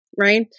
right